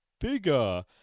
bigger